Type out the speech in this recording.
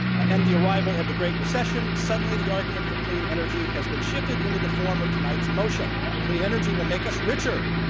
ah and the arrival of the great recession, suddenly the argument for clean energy has been shifted into the form of tonight's motion. clean energy will make us richer,